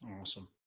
Awesome